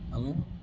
ଆମେ